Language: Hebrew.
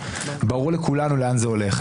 ברור לכולנו לאן זה הולך.